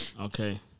Okay